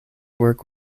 work